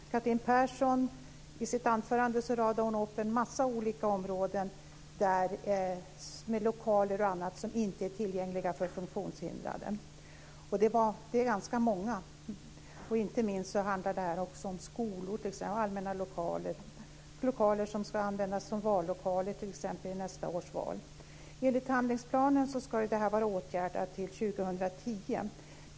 Fru talman! Catherine Persson radade i sitt anförande upp en massa olika områden med lokaler och andra platser som inte är tillgängliga för funktionshindrade. Inte minst handlar det om skolor och allmänna lokaler, lokaler som ska användas som vallokaler t.ex. i nästa års val. Enligt handlingsplanen ska detta vara åtgärdat till 2010.